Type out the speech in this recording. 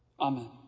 Amen